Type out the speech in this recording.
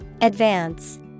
Advance